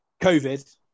COVID